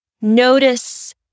notice